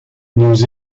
nous